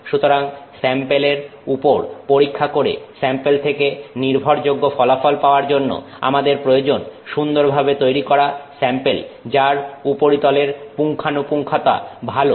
সুতরাং স্যাম্পেলের উপর পরীক্ষা করে স্যাম্পেল থেকে নির্ভরযোগ্য ফলাফল পাওয়ার জন্য আমাদের প্রয়োজন সুন্দরভাবে তৈরি করা স্যাম্পেল যার উপরিতলের পুঙ্খানুপুঙ্খতা ভালো